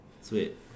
Sweet